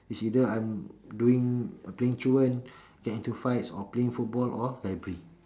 it's either I'm doing playing truant get into fights or playing football or library